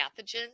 pathogens